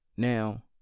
Now